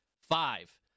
Five